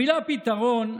המילה "פתרון"